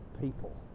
people